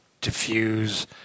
diffuse